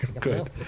Good